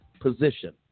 position